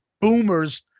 boomers